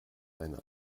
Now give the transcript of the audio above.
eine